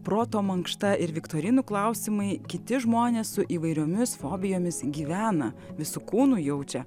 proto mankšta ir viktorinų klausimai kiti žmonės su įvairiomis fobijomis gyvena visu kūnu jaučia